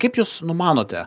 kaip jūs numanote